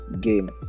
game